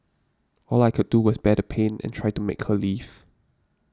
all I could do was bear the pain and try to make her leave